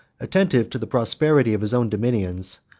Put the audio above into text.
attentive to the prosperity of his own dominions,